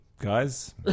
guys